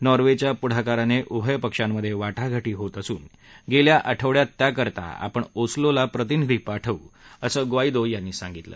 नॉर्वेच्या पुढाकाराने उभय पक्षामधे वाटाघाटी होत असून येत्या आठवडयात त्याकरता आपण ओस्लो ला प्रतिनिधी पाठवू असं ग्वा दो यांनी सांगितलं